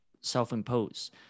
self-impose